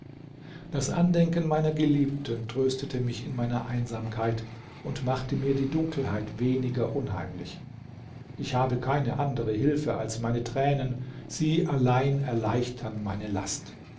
das andenken meiner geliebten tröstete mich in meiner einsamkeit und machte mir die dunkelheit weniger unheimlich ich habe keine andere hilfe als meine tränen sie allein erleichtern meine last